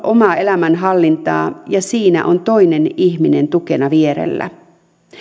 omaa elämänhallintaa ja siinä on toinen ihminen tukena vierellä